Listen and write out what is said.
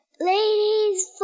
ladies